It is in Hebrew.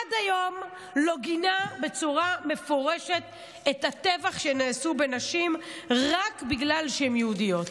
עד היום לא גינה בצורה מפורשת את הטבח שנעשה בנשים רק בגלל שהן יהודיות.